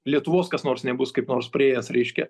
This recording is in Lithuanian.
lietuvos kas nors nebus kaip nors priėjęs reiškia